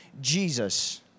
Jesus